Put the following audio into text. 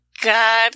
God